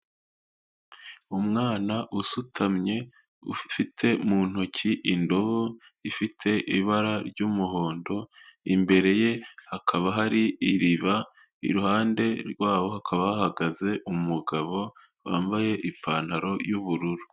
Umwana usutamye ufite mu ntoki indobo ifite ibara ry'umuhondo, imbere ye hakaba hari iriba iruhande rwaho hakaba hahagaze umugabo wambaye ipantaro y'ubururu.